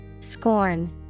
Scorn